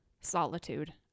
solitude